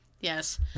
Yes